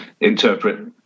interpret